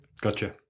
Gotcha